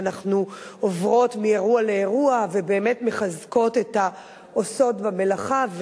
ואנחנו עוברות מאירוע לאירוע ובאמת מחזקות את העושות במלאכה.